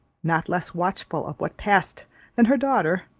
not less watchful of what passed than her daughter,